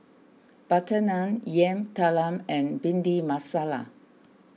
Butter Naan Yam Talam and Bhindi Masala